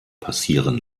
passieren